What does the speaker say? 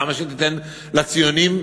למה שתיתן לציונים,